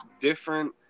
different